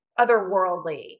otherworldly